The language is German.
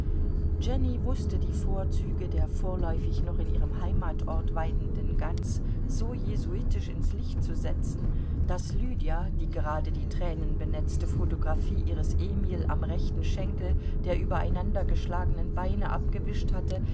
jenny wußte die vorzüge der vorläufig noch in ihrem heimatsort weidenden gans so jesuitisch ins licht zu setzen daß lydia die gerade die tränenbenetzte photographie ihres emil am rechten schenkel der übereinander geschlagenen beine abgewischt hatte